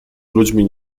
ludźmi